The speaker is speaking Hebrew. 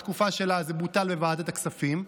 בתקופה שלה זה בוטל בוועדת הכספים,